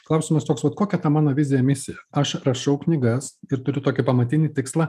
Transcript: klausimas toks vat kokia ta mano vizija misija aš rašau knygas ir turiu tokį pamatinį tikslą